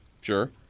Sure